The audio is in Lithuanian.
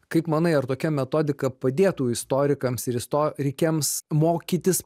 kaip manai ar tokia metodika padėtų istorikams ir istorikėms mokytis